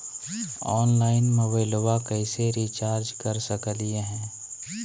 Online मोबाइलबा कैसे recharge कर सकलिए है?